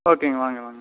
ஓகேங்க வாங்க வாங்க